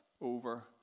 over